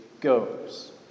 goes